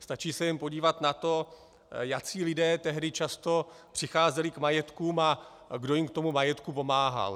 Stačí se jen podívat na to, jací lidé tehdy často přicházeli k majetkům a kdo jim k tomu majetku pomáhal.